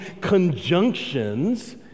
conjunctions